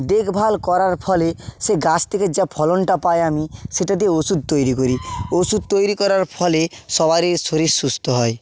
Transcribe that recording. দেখভাল করার ফলে সে গাছ থেকে যা ফলনটা পাই আমি সেটা দিয়ে ওষুধ তৈরি করি ওষুধ তৈরি করার ফলে সবারই শরীর সুস্থ হয়